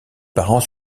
parents